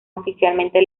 oficialmente